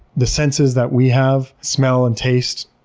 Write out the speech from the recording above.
the senses that we have, smell and taste,